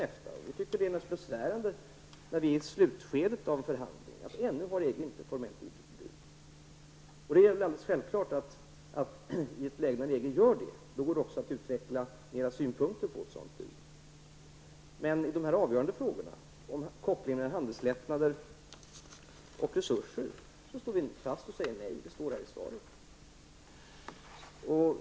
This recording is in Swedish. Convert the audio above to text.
Vi tycker naturligtvis att det är besvärligt när vi befinner oss i slutskedet av en förhandling att EG ännu inte formellt har givit ett bud. När EG har gjort det kan man naturligtvis utveckla mera synpunkter på ett sådant bud. När det gäller de avgörande frågorna om koppling mellan handelslättnader och resurser står vi fast och säger nej. Det står i svaret.